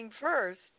first